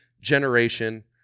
generation